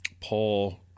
Paul